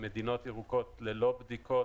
מדינות ירוקות ללא בדיקות.